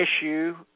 issue